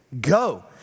go